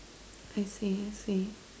I see I see